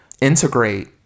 integrate